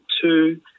two